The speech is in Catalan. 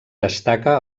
destaca